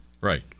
Right